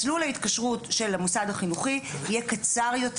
מסלול ההתקשרות של המוסד החינוכי יהיה קצר יותר.